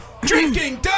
drinking